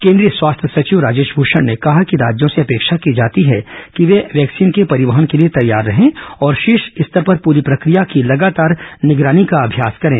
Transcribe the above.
केंद्रीय स्वास्थ्य सचिव राजेश भूषण ने कहा कि राज्यों से अपेक्षा की जाती है कि वे वैक्सीन के परिवहन के लिए तैयार रहें और शीर्ष स्तर पर पूरी प्रक्रिया की लगातार निगरानी का अभ्यास करें